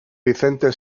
vicente